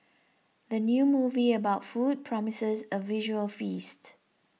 the new movie about food promises a visual feast